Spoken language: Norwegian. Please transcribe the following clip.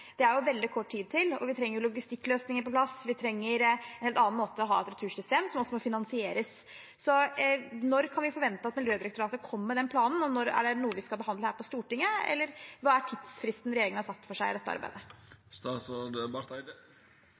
Det er veldig kort tid til, og vi trenger logistikkløsninger på plass, vi trenger en helt annen måte å ha et retursystem på, og det må også finansieres. Når kan vi forvente at Miljødirektoratet kommer med den planen, og er det noe vi skal behandle her på Stortinget? Hva er tidsfristen regjeringen har satt i dette arbeidet?